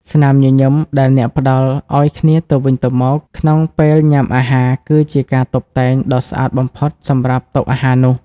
ស្នាមញញឹមដែលអ្នកផ្ដល់ឱ្យគ្នាទៅវិញទៅមកក្នុងពេលញ៉ាំអាហារ គឺជាការតុបតែងដ៏ស្អាតបំផុតសម្រាប់តុអាហារនោះ។